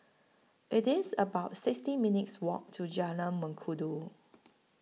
IT IS about sixty minutes' Walk to Jalan Mengkudu